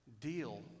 Deal